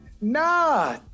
Nah